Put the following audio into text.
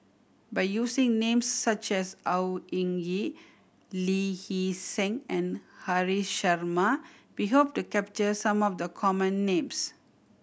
by using names such as Au Hing Yee Lee Hee Seng and Haresh Sharma we hope to capture some of the common names